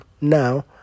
now